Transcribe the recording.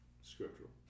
scriptural